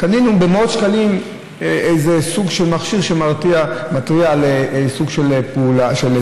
קנינו במאות שקלים איזה סוג של מכשיר שמתריע על איזה סוג של שרפה,